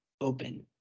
open